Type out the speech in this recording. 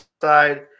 side